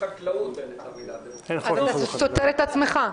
אתה סותר את עצמך.